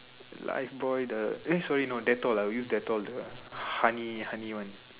Lifebuoy the eh sorry no Dettol ah I will use Dettol the honey honey one